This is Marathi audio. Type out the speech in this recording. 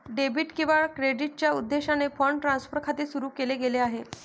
डेबिट किंवा क्रेडिटच्या उद्देशाने फंड ट्रान्सफर खाते सुरू केले गेले आहे